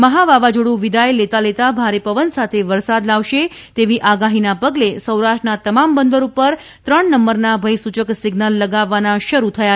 મહા વાવાઝોડું વિદાય લેતા લેતા ભારે પવન સાથે વરસાદ લાવશે તેવી આગાહીનાપગલે સૌરાષ્ટ્રના તમામ બંદર ઉપર ત્રણ નંબરના ભયસૂચક સિઝનલ લગાવવા શરૂ થયા છે